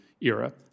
era